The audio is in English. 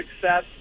success